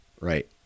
Right